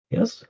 Yes